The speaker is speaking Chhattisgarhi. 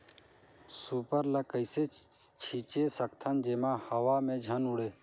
सुपर ल कइसे छीचे सकथन जेमा हवा मे झन उड़े?